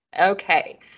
Okay